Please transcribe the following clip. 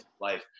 life